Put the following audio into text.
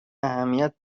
اهمیت